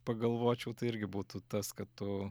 pagalvočiau tai irgi būtų tas kad tu